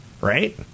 right